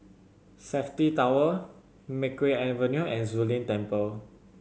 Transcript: Safti Tower Makeway Avenue and Zu Lin Temple